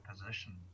position